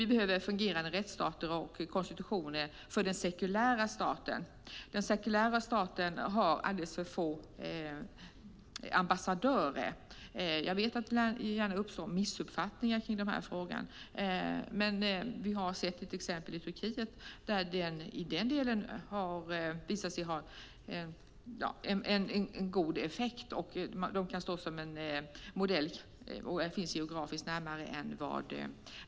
Vi behöver fungerande rättsstater och konstitutioner för den sekulära staten. Den sekulära staten har alldeles för få ambassadörer. Jag vet att det lätt uppstår missuppfattningar i denna fråga, men vi har sett detta till exempel i Turkiet. I den delen har det visat sig ha en god effekt, och detta kan stå som modell. De är också geografiskt närmare än vi.